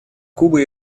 кубы